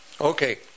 Okay